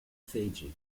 fiji